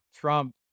Trump